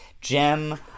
Gem